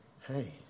Hey